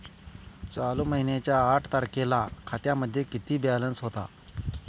चालू महिन्याच्या आठ तारखेला खात्यामध्ये किती बॅलन्स होता?